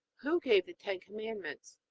who gave the ten commandments?